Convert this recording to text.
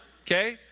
Okay